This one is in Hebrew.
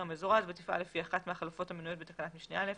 המזורז ותפעל לפי אחת מהחלופות המנויות בתקנת משנה (א)